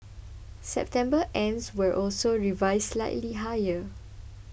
September starts were also revised slightly higher